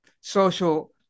social